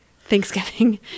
Thanksgiving